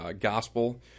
gospel